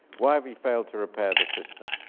why have we failed to repair the system?